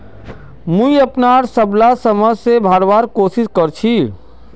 मुई अपनार सबला समय त भरवार कोशिश कर छि